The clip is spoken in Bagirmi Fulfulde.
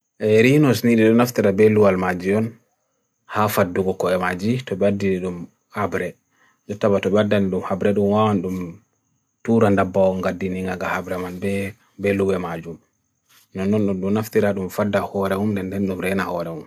Erinos nili dunhaf tira belu al maji on, hafad du ko e maji, to bad jidum abre. Jitaba to bad dendum abre dun waan dun turanda baonga din inga ga abre man, be belu e maji on. Dunhaf tira dun fadda hoa raung, dendum reina hoa raung.